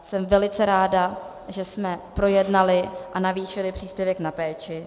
Jsem velice ráda, že jsme projednali a navýšili příspěvek na péči.